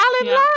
Alan